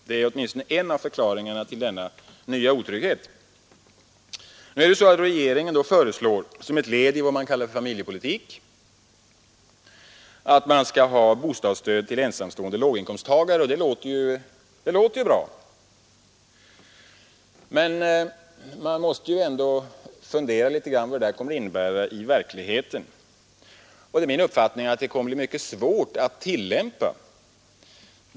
Det är åtminstone en av anledningarna till denna nya otrygghet. Nu föreslår regeringen, som ett led i vad man kallar familjepolitik, att bostadsstöd skall utgå till ensamstående låginkomsttagare. Det låter ju bra, men man måste ändå fundera litet grand över vad detta kommer att innebära i verkligheten. Det är min uppfattning att det kommer att bli mycket svårt att tillämpa denna stödform.